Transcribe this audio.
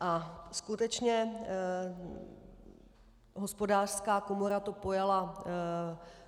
A skutečně, Hospodářská komora to pojala